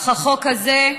אך החוק הזה,